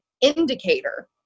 indicator